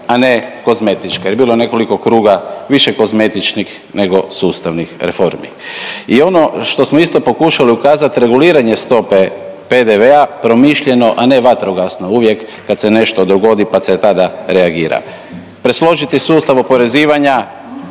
a ne kozmetičke jer je bilo nekoliko kruga više kozmetičkih nego sustavnih reformi. I ono što smo isto pokušali ukazati, reguliranje stope PDV-e promišljeno a ne vatrogasno, uvijek kada se nešto dogodi pa se tada reagira. Presložiti sustav oporezivanja,